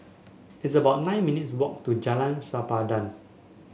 it's about nine minutes' walk to Jalan Sempadan